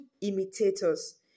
imitators